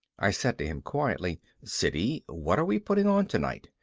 i said to him quietly, siddy, what are we putting on tonight?